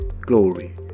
glory